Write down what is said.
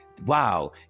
wow